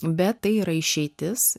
bet tai yra išeitis